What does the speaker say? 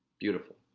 beautiful.